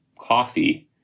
coffee